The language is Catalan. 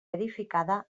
edificada